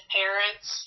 parents